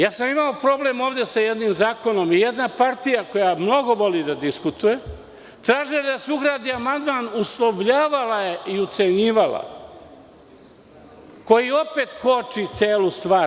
Ja sam ovde imao problem sa jedinim zakonom i jedna partija, koja mnogo voli da diskutuje, traži da se ugradi amandman, uslovljavala je i ucenjivala, koji opet koči celu stvar.